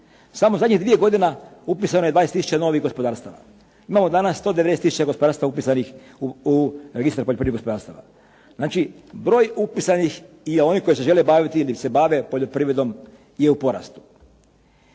Samo zadnjih 2 godine upisano je 20 tisuća novih gospodarstava. Imamo danas 190 tisuća gospodarstava upisanih u Registar poljoprivrednih gospodarstava. Znači, broj upisanih i onih koji se žele baviti ili se bave poljoprivredom je u porastu.